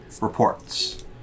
reports